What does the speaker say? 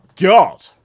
God